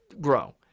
grow